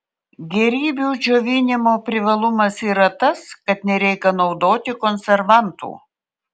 gėrybių džiovinimo privalumas yra tas kad nereikia naudoti konservantų